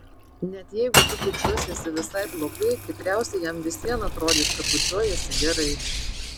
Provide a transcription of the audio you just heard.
net jeigu tu bučiuosiesi visai blogai tikriausiai jam vis vien atrodys kad bučiuojiesi gerai